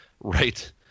right